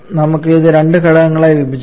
നമുക്ക് ഇത് രണ്ട് ഘടകങ്ങളായി വിഭജിക്കാം